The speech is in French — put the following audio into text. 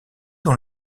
dans